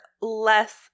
less